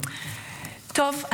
טוב,